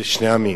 לשני עמים.